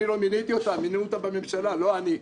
אני לא מיניתי אותם, מינו אותם בממשלה, לא אני.